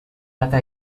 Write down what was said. data